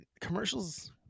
commercials